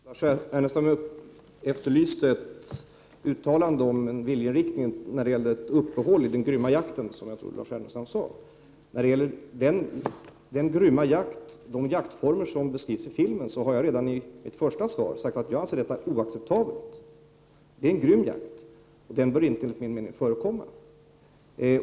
Herr talman! Lars Ernestam efterlyste ett uttalande om en viljeinriktning när det gäller uppehåll i den grymma jakten. Beträffande de jaktformer som beskrivs i filmen har jag redan i mitt första inlägg sagt att jag anser dem vara oacceptabla. Det är en grym jakt och bör enligt min mening inte förekomma.